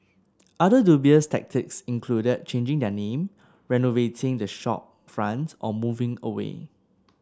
other dubious tactics included changing their name renovating the shopfront or moving away